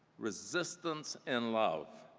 resistance and love,